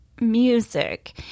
music